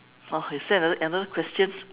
oh you still have another another question